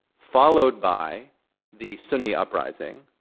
followed by the sunni uprising,